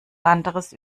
anderes